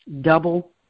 double